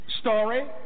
story